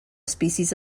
species